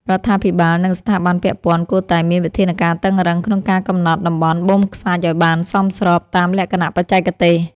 រដ្ឋាភិបាល និងស្ថាប័នពាក់ព័ន្ធគួរតែមានវិធានការតឹងរ៉ឹងក្នុងការកំណត់តំបន់បូមខ្សាច់ឱ្យបានសមស្របតាមលក្ខណៈបច្ចេកទេស។